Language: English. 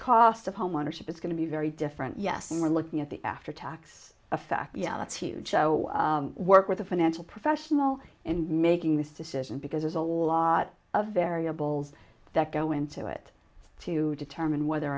cost of homeownership is going to be very different yes we're looking at the after tax effect yeah that's huge work with a financial professional in making this decision because there's a lot of variables that go into it to determine whether